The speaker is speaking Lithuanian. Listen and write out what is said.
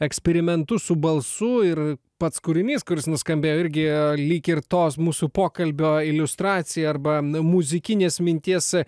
eksperimentus su balsų ir pats kūrinys kuris nuskambėjo irgi lyg ir tos mūsų pokalbio iliustracija arba na muzikinės minties